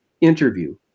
interview